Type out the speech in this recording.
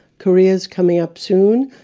korea's coming up soon.